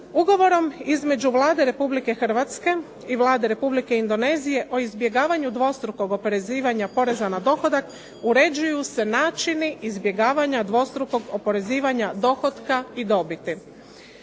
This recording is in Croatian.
Ugovorom između Vlade Republike Hrvatske i Vlade Republike Indonezije o izbjegavanju dvostrukog oporezivanja poreza na dohodak uređuju se načini izbjegavanja dvostrukog oporezivanja dohotka i dobiti.